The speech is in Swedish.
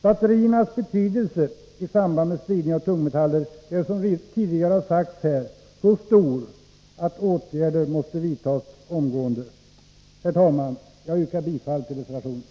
Batteriernas betydelse i samband med spridning av tungmetaller är, som tidigare har sagts, så stor att åtgärder måste vidtas omgående. Herr talman! Jag yrkar bifall till reservationen.